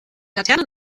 laternen